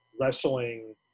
wrestling